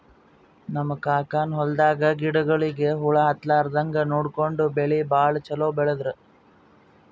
ನಮ್ ಕಾಕನ್ ಹೊಲದಾಗ ಗಿಡಗೋಳಿಗಿ ಹುಳ ಹತ್ತಲಾರದಂಗ್ ನೋಡ್ಕೊಂಡು ಬೆಳಿ ಭಾಳ್ ಛಲೋ ಬೆಳದ್ರು